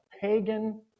pagan